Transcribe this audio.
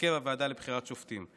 הרכב הוועדה לבחירת שופטים.